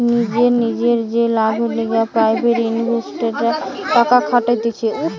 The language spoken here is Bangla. নিজের নিজের যে লাভের লিগে প্রাইভেট ইনভেস্টররা টাকা খাটাতিছে